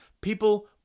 People